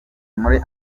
muri